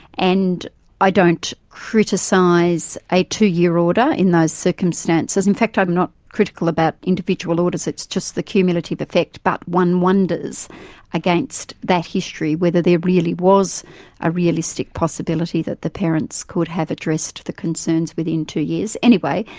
and i don't criticise a two-year order in those circumstances. in fact, i'm not critical about individual orders, it's just the cumulative effect, but one wonders against that history whether there really was a realistic possibility that the parents could have addressed the concerns within two years. anyway,